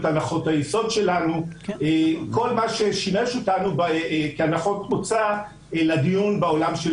את הנחות היסוד שלנו וכל מה ששימש אותנו כהנחות מוצא לדיון בעולם של